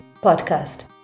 Podcast